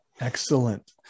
Excellent